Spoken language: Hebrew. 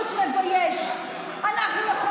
נכללים